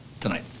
tonight